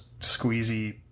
squeezy